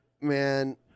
Man